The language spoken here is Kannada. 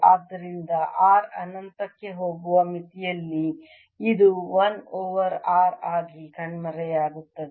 ಆದ್ದರಿಂದ r ಅನಂತಕ್ಕೆ ಹೋಗುವ ಮಿತಿಯಲ್ಲಿ ಇದು 1 ಓವರ್ r ಆಗಿ ಕಣ್ಮರೆಯಾಗುತ್ತದೆ